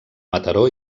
mataró